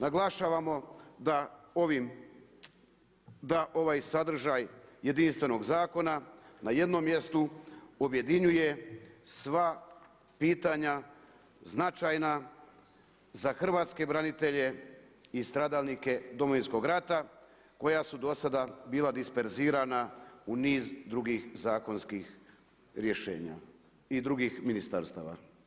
Naglašavamo da ovaj sadržaj jedinstvenog zakona na jednom mjestu objedinjuje sva pitanja značajna za hrvatske branitelje i stradalnike Domovinskog rata koja su do sada bila disperzirana u niz drugih zakonskih rješenja i drugih ministarstava.